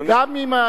כדי לייצג עמדת ממשלה,